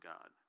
God